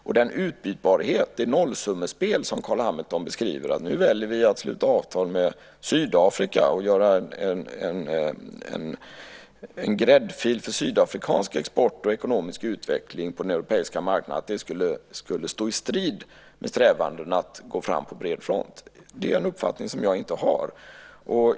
Att utbytbarheten, det nollsummespel som Carl Hamilton beskriver - nu väljer vi att sluta avtal med Sydafrika och göra en gräddfil för sydafrikansk export och ekonomisk utveckling på den europeiska marknaden - skulle stå i strid med strävandena att gå fram på bred front är en uppfattning som jag inte har.